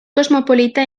cosmopolita